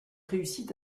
réussit